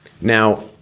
Now